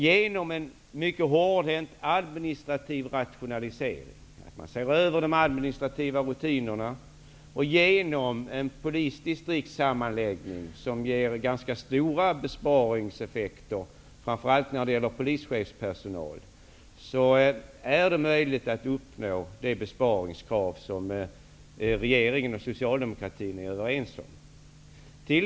Genom en mycket hårdhänt administrativ rationalisering och en polisdistriktssammanslagning som ger ganska stora besparingseffekter -- framför allt när det gäller polischefspersonal -- är det möjligt att uppnå det besparingkrav som regeringen och Socialdemokraterna är överens om.